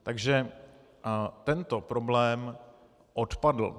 Takže tento problém odpadl.